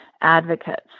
advocates